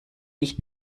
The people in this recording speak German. nicht